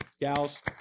gals